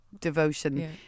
devotion